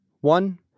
One